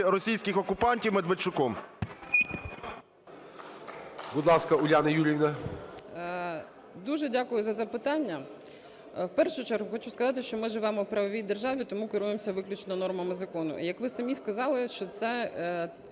російських окупантів Медведчуком?